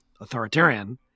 authoritarian